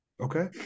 okay